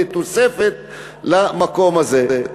לתוספת למקום הזה.